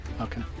Okay